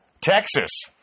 Texas